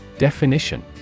Definition